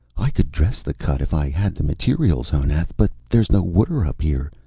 i could dress the cut if i had the materials, honath. but there's no water up here.